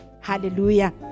Hallelujah